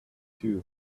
too